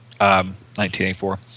1984